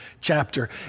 chapter